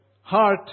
heart